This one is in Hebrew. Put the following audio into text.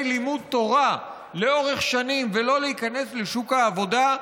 לימוד תורה לאורך שנים ולא להיכנס לשוק העבודה,